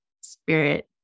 spirit